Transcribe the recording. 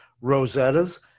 Rosetta's